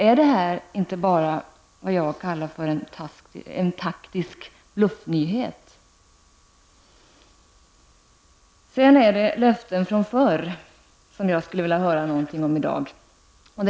Är inte detta bara en vad jag kallar ''taktisk bluffnyhet''? Sedan skulle jag vilja ta upp frågan om löften från förr.